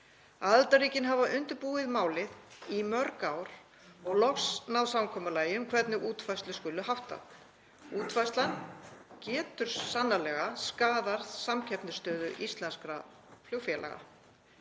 Aðildarríkin hafa undirbúið málið í mörg ár og loks náð samkomulagi um hvernig útfærslu skuli háttað. Útfærslan getur sannarlega skaðað samkeppnisstöðu íslenskra flugfélaga.